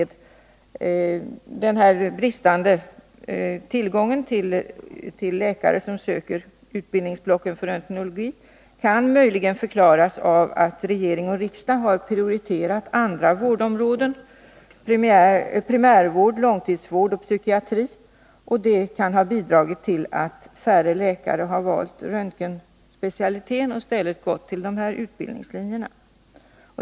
Den här bristande tillgången på sökande till utbildningsblocken för röntgenologi kan möjligen förklaras av att regering och riksdag har prioriterat andra vårdområden — primärvård, långtidsvård och psykiatri. Och det kan ha bidragit till att färre läkare har valt röntgenspecialiteten och i stället gått till de här utbildningslinjerna.